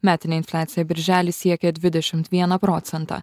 metinė infliacija birželį siekė dvidešimt vieną procentą